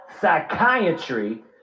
psychiatry